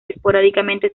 esporádicamente